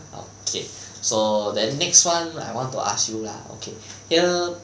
okay so then next [one] I want to ask you lah okay here